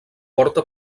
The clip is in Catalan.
porta